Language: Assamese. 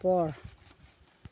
ওপৰ